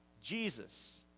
Jesus